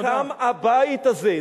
קם הבית הזה.